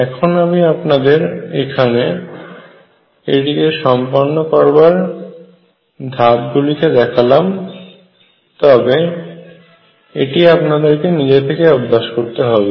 এখন আমি আপনাদের এখানে এটিকে সম্পন্ন করার ধাপ গুলিকে দেখালাম তবে এটি আপনাদেরকে নিজে থেকেই অভ্যাস করতে হবে